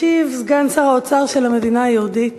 ישיב סגן שר האוצר של המדינה היהודית